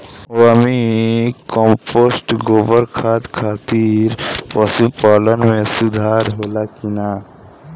Vermi compost गोबर खाद खातिर पशु पालन में सुधार होला कि न?